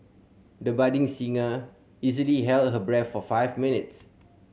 the budding singer easily held her breath for five minutes